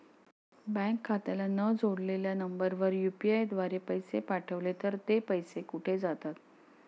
Bank खात्याला न जोडलेल्या नंबरवर यु.पी.आय द्वारे पैसे पाठवले तर ते पैसे कुठे जातात?